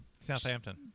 Southampton